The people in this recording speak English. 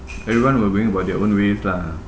everyone will bring about their own ways lah